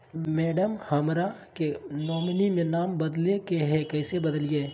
madam, हमरा के nominee में नाम बदले के हैं, कैसे बदलिए